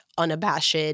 Unabashed